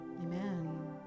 Amen